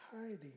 hiding